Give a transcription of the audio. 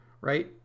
right